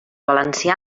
valencià